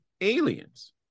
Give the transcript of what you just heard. aliens